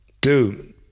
Dude